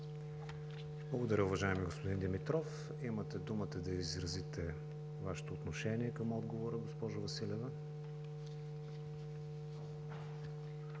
Благодаря, уважаеми господин Димитров. Имате думата да изразите Вашето отношение към отговора, госпожо Василева.